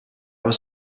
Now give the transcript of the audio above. was